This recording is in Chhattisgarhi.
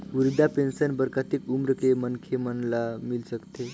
वृद्धा पेंशन बर कतेक उम्र के मनखे मन ल मिल सकथे?